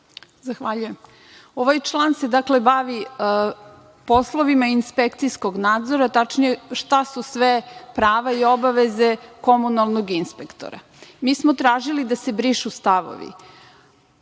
Zahvaljujem. Ovaj član se bavi poslovima inspekcijskog nadzora, tačnije šta su sve prava i obaveze komunalnog inspektora. Mi smo tražili da se brišu stavovi